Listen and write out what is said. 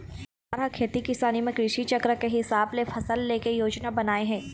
सरकार ह खेती किसानी म कृषि चक्र के हिसाब ले फसल ले के योजना बनाए हे